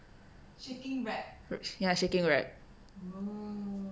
ya shaking rap